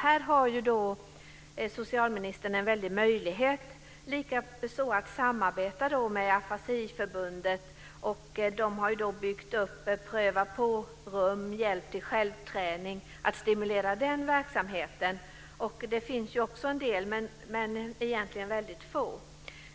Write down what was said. Här har socialministern en fantastisk möjlighet att samarbeta med Afasiförbundet och stimulera den verksamhet man har byggt upp med pröva-på-rum och hjälp till självträning. Det finns en del verksamhet, men det är egentligen väldigt